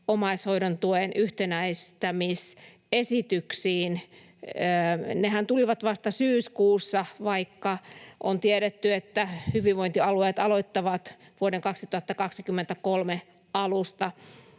omaishoidon tuen yhtenäistämisesityksiin. Nehän tulivat vasta syyskuussa, vaikka on tiedetty, että hyvinvointialueet aloittavat vuoden 2023 alusta.